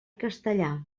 castellà